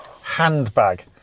handbag